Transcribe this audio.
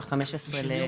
ב-15.